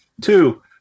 Two